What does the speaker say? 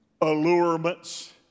allurements